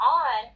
on